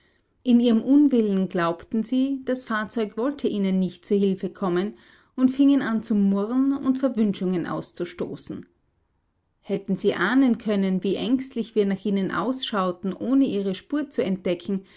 in ihrem unwillen glaubten sie das fahrzeug wollte ihnen nicht zu hilfe kommen und fingen an zu murren und verwünschungen auszustoßen hätten sie ahnen können wie ängstlich wir nach ihnen ausschauten ohne ihre spur zu entdecken